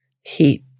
heat